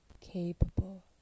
capable